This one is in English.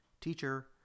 Teacher